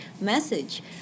message